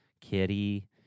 kitty